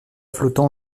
flottant